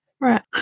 Right